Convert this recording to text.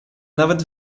nawet